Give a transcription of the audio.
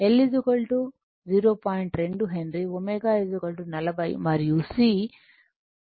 0014 farad ఇవ్వబడింది